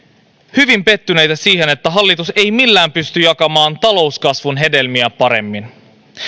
hyvin pettyneitä siihen että hallitus ei millään pysty jakamaan talouskasvun hedelmiä paremmin